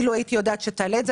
אילו הייתי יודעת שתעלה את זה,